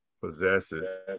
possesses